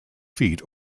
feet